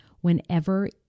whenever